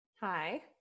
Hi